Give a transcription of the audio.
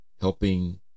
helping